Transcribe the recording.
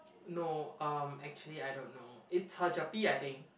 no um actually I don't know it's her gerpe I think